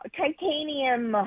titanium